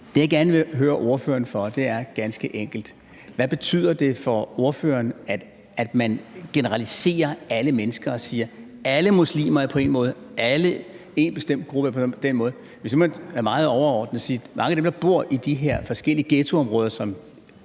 Det, jeg gerne vil høre ordføreren om, er ganske enkelt, hvad det betyder for ordføreren, at man generaliserer alle mennesker og siger, at alle muslimer er på én måde, og at en bestemt gruppe er på den og den måde. Hvis nu man er meget overordnet, kan man sige, at mange af dem, der bor i de her ghettoområder,